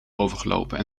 overgelopen